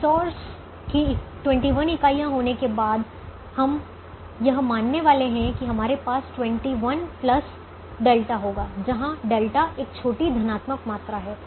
resource की 21 इकाइयाँ होने के बजाय हम यह मानने वाले हैं कि हमारे पास 21 ઠ होगा जहाँ ઠ एक छोटी धनात्मक मात्रा है